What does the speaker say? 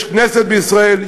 יש כנסת בישראל,